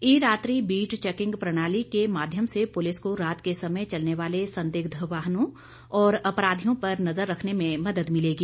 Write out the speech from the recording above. ई रात्रि beat checking प्रणाली के माध्यम से पुलिस को रात के समय चलने वाले संदिग्ध वाहनों व अपराधियों पर नज़र रखने में मद्द मिलेगी